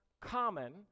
common